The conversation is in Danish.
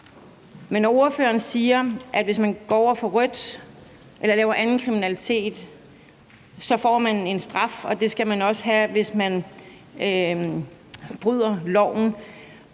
Men ordføreren siger, at man, hvis man går over for rødt eller laver anden kriminalitet, får en straf, og at det skal man også have, hvis man bryder loven.